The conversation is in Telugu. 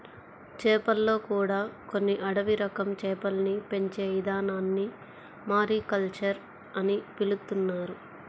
చేపల్లో కూడా కొన్ని అడవి రకం చేపల్ని పెంచే ఇదానాన్ని మారికల్చర్ అని పిలుత్తున్నారు